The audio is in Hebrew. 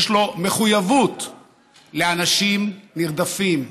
יש לו מחויבות לאנשים נרדפים,